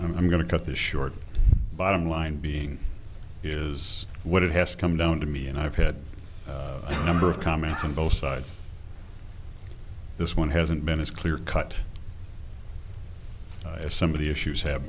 i'm going to cut this short bottom line being is what it has come down to me and i've had a number of comments on both sides this one hasn't been as clear cut as some of the issues have